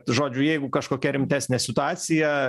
žodžiu jeigu kažkokia rimtesnė situacija